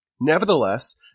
Nevertheless